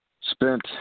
spent